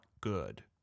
good